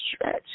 stretch